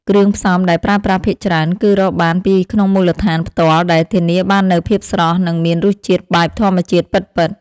គ្រឿងផ្សំដែលប្រើប្រាស់ភាគច្រើន គឺរកបានពីក្នុងមូលដ្ឋានផ្ទាល់ដែលធានាបាននូវភាពស្រស់និងមានរសជាតិបែបធម្មជាតិពិតៗ។